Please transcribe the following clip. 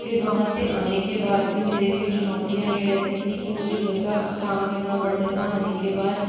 फिर वहाँ से आने के बाद भी मेरे लिए चुनौतियाँ यह रहती थी कि मुझे घर का काम करना पड़ता था आने के बाद